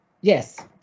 Yes